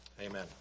Amen